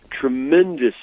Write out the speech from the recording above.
tremendous